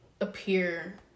appear